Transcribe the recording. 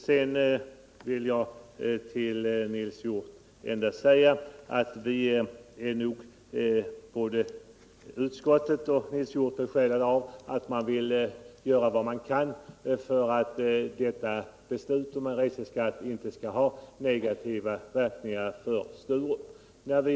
Till Nils Hjorth vill jag endast säga att både utskottet och Nils Hjorth nog är besjälade av att göra vad man kan för att detta beslut om en reseskatt inte skall få negativa verkningar för Sturups vidkommande.